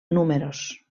números